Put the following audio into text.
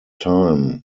time